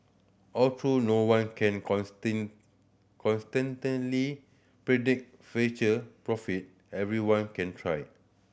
although no one can consistently predict future profit everyone can try